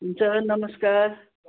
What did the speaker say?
हुन्छ नमस्कार